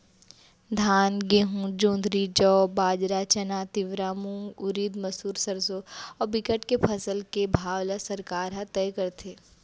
धान, गहूँ, जोंधरी, जौ, बाजरा, चना, तिंवरा, मूंग, उरिद, मसूर, सरसो अउ बिकट के फसल के भाव ल सरकार ह तय करथे